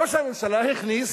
ראש הממשלה הכניס